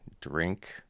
drink